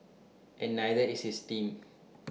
and neither is his team